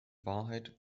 wahrheit